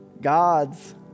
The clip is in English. God's